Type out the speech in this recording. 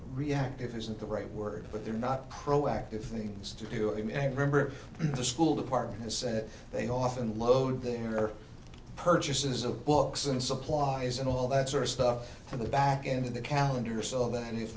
reactive isn't the right word but they're not proactive things to do i mean remember the school department has said they often load their purchases of books and supplies and all that sort of stuff for the back end of the calendar s